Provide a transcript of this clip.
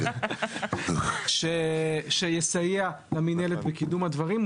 חוק שיסייע למינהלת בקידום הדברים,